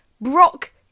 Brock